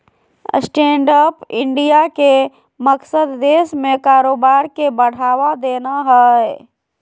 stand up India के मकसद देश में कारोबार के बढ़ावा देना हइ